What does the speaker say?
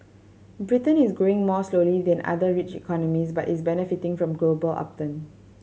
Britain is growing more slowly than other rich economies but is benefiting from global upturn